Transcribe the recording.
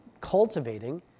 cultivating